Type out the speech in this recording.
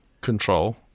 Control